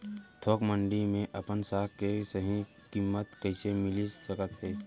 थोक मंडी में अपन साग के सही किम्मत कइसे मिलिस सकत हे?